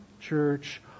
church